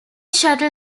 shuttle